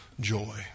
joy